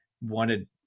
wanted